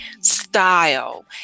style